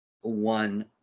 one